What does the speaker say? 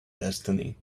destiny